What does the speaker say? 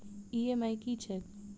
EMI की छैक?